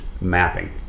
mapping